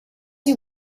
you